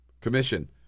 Commission